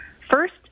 First